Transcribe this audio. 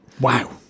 Wow